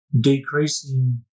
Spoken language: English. decreasing